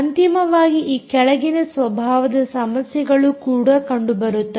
ಅಂತಿಮವಾಗಿ ಈ ಕೆಳಗಿನ ಸ್ವಭಾವದ ಸಮಸ್ಯೆಗಳು ಕೂಡ ಕಂಡುಬರುತ್ತವೆ